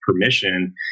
permission